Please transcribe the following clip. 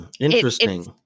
Interesting